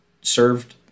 served